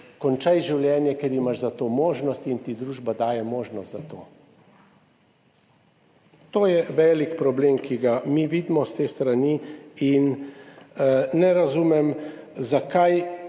končaj življenje, ker imaš za to možnost in ti družba daje možnost za to. To je velik problem, ki ga mi vidimo s te strani in ne razumem zakaj,